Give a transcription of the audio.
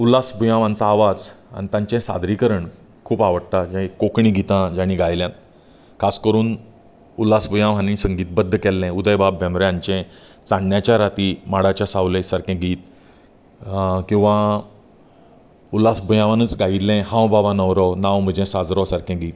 उल्हार बुयांव हांचो आवाज आनी तांचे सादरीकरण खूब आवडटा जे कोंकणी गीतां तांणी गायल्यात खास करून उल्हास बुयांव हांणी संगीतबद्द केल्लें उदय भेंब्रे हांचे चान्न्यांच्या राती माडाच्या सावलेंच सारके गीत किंवां उल्हास बाबानूच गायिल्ले हांव बाबा न्हवरो नांव म्हजे साजरो सारके गीत